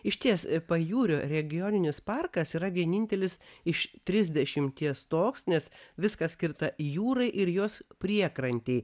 išties pajūrio regioninis parkas yra vienintelis iš trisdešimties toks nes viskas skirta jūrai ir jos priekrantei